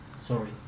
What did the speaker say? Sorry